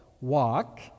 walk